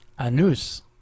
Anus